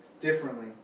differently